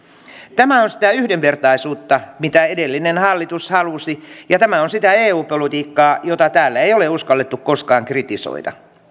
tämä on sitä yhdenvertaisuutta mitä edellinen hallitus halusi ja tämä on sitä eu politiikkaa jota täällä ei ole uskallettu koskaan kritisoida